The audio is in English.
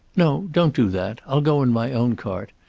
no don't do that. i'll go in my own cart.